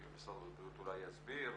משרד הבריאות אולי יסביר.